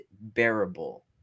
bearable